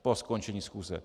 Po skončení schůze!